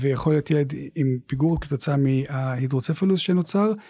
ויכול להיות ילד עם פיגור כתוצאה מההידרוצפולוס שנוצר.